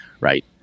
right